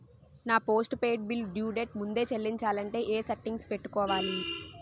నా postpaid bill due date ముందే చెల్లించాలంటే ఎ సెట్టింగ్స్ పెట్టుకోవాలి?